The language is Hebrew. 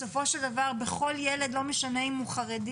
בסופו של דבר בכל ילד לא משנה אם הוא חרדי